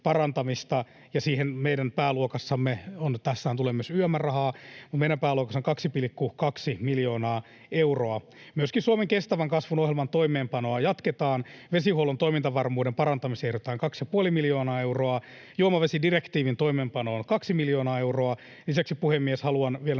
parantamista, ja siihen meidän pääluokassamme — tässähän tulee myös YM:n rahaa — on 2,2 miljoonaa euroa. Myöskin Suomen kestävän kasvun ohjelman toimeenpanoa jatketaan. Vesihuollon toimintavarmuuden parantamiseen ehdotetaan 2,5 miljoonaa euroa, juomavesidirektiivin toimeenpanoon kaksi miljoonaa euroa. Lisäksi, puhemies, haluan vielä